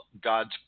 God's